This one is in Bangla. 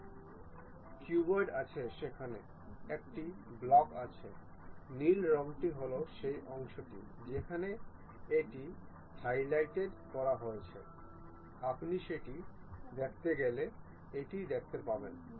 আমরা যদি বলি যে এটি 70 আপনি এটি 70 ডিগ্রী দ্বারা সরানো দেখতে পারেন